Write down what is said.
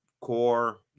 core